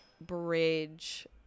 bridge